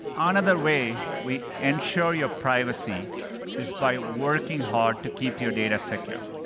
another way we ensure your privacy is by working hard to keep your data secure,